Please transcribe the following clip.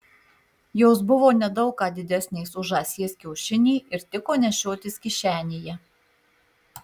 jos buvo ne daug ką didesnės už žąsies kiaušinį ir tiko nešiotis kišenėje